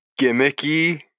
gimmicky